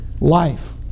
life